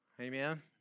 Amen